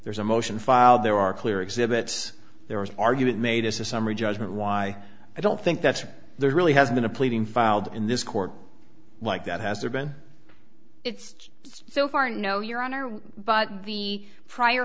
there's a motion filed there are clear exhibits there was argument made as a summary judgment why i don't think that's there really has been a pleading filed in this court like that has there been so far no your honor but the prior